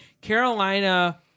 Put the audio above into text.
Carolina